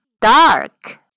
dark